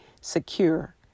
secure